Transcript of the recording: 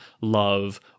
love